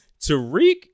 Tariq